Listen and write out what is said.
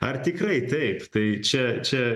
ar tikrai taip tai čia čia